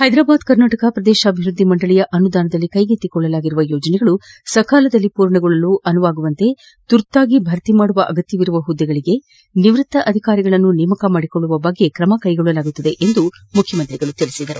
ಹ್ಟೆದರಾಬಾದ್ ಕರ್ನಾಟಕ ಪ್ರದೇಶಾಭಿವ್ವದ್ದಿ ಮಂಡಳಿಯ ಅನುದಾನದಲ್ಲಿ ಕೈಗೆತ್ತಿಕೊಳ್ಳಲಾಗಿರುವ ಯೋಜನೆಗಳು ಸಕಾಲದಲ್ಲಿ ಪೂರ್ಣಗೊಳಿಸಲು ಅನುವಾಗುವಂತೆ ತುರ್ತಾಗಿ ಭರ್ತಿ ಮಾಡುವ ಅಗತ್ಯವಿರುವ ಹುದ್ದೆಗಳಿಗೆ ನಿವೃತ್ತ ಅಧಿಕಾರಿಗಳನ್ನು ನೇಮಕ ಮಾಡಿಕೊಳ್ಳುವ ಬಗ್ಗೆ ಕ್ರಮ ವಹಿಸಲಾಗುವುದು ಎಂದು ಮುಖ್ಯಮಂತ್ರಿಯವರು ತಿಳಿಸಿದರು